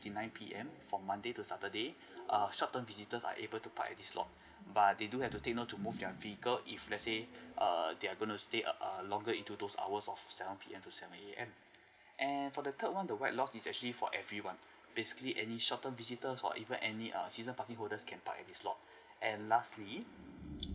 fifty nine P_M from monday to saturday err short term visitors are able to park at these lots but they do have to take note to move their vehicle if let's say err they're gonna stay a longer into those hours of seven P_M to seven A_M and for the third one the white lot is actually for everyone basically any short term visitors or even any err season parking holders can park at these lots and lastly